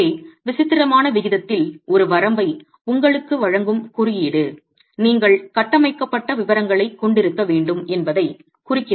எனவே விசித்திரமான விகிதத்தில் ஒரு வரம்பை உங்களுக்கு வழங்கும் குறியீடு நீங்கள் கட்டமைக்கப்பட்ட விவரங்களைக் கொண்டிருக்க வேண்டும் என்பதைக் குறிக்கிறது